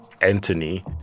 Anthony